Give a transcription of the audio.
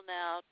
now